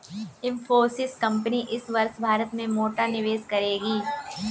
Infosys company इस वर्ष भारत में मोटा निवेश करेगी